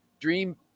dream